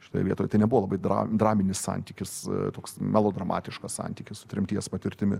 šitoj vietoj tai nebuvo labai dra draminis santykis toks melodramatiškas santykis su tremties patirtimi